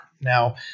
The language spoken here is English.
Now